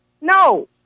No